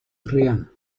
triana